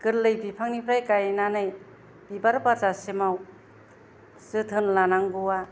गोरलै बिफांनिफ्राय गायनानै बिबार बारजासिमाव जोथोन लानांगौवा